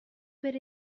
per